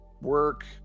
work